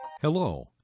Hello